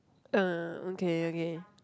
uh okay okay